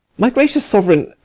my gracious sovereign,